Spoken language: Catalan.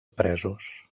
presos